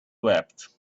wept